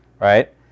right